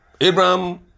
Abraham